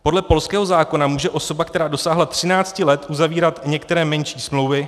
Podle polského zákona může osoba, která dosáhla 13 let, uzavírat některé menší smlouvy.